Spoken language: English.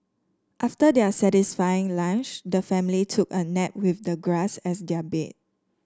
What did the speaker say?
after their satisfying lunch the family took a nap with the grass as their bed